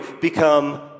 become